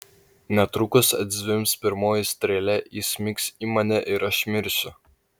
netrukus atzvimbs pirmoji strėlė įsmigs į mane ir aš mirsiu